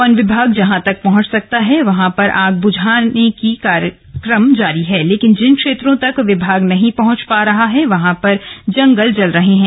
one विभाग जहां तक पहुंच सकता है वहां पर आग बझाई जा रही है लेकिन जिन क्षेत्रों में तक विभाग नहीं पहुंच पा रहा है वहां पर जंगल जल रहे हैं